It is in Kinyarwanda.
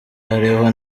ariho